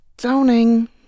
zoning